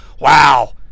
wow